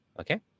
Okay